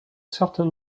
certain